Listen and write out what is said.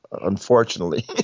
unfortunately